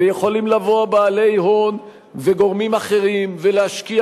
ויכולים לבוא בעלי הון וגורמים אחרים ולהשקיע